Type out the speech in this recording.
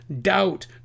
doubt